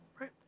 Right